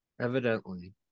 Evidently